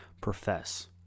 profess